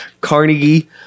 Carnegie